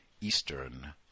Eastern